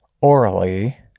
orally